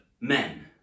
men